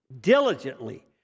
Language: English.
diligently